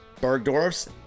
Bergdorf's